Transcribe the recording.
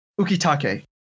Ukitake